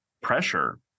pressure